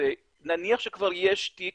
זה נניח שכבר יש תיק,